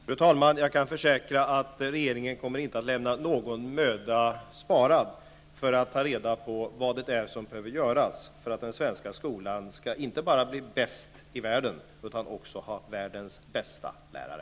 Fru talman! Jag kan försäkra att regeringen inte kommer att lämna någon möda sparad för att ta reda på vad som behöver göras för att den svenska skolan inte bara skall bli bäst i världen utan också ha världens bästa lärare.